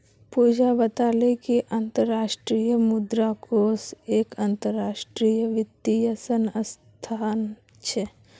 पूजा बताले कि अंतर्राष्ट्रीय मुद्रा कोष एक अंतरराष्ट्रीय वित्तीय संस्थान छे